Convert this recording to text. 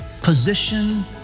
position